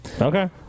Okay